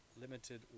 limited